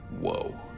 Whoa